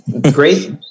great